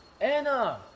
Anna